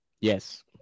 Yes